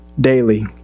daily